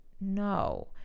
no